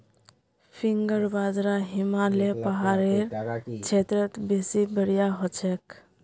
finger बाजरा हिमालय पहाड़ेर क्षेत्रत बेसी बढ़िया हछेक